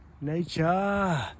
Nature